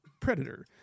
Predator